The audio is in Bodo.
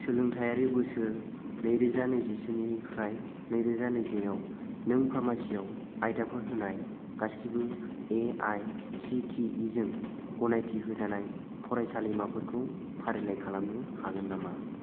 सोलोंथायरि बोसोर नैरोजा नैजिसेनिफ्राय नैरोजा नैजिनैआव नों फार्मासिआव आयदाफोर होनाय गासिबो एआइसिटिइ जों गनायथि होजानाय फरायसालिमाफोरखौ फारिलाइ खालामनो हागोन नामा